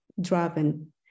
driven